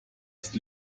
ist